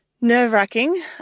Nerve-wracking